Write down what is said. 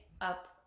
up